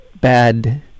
bad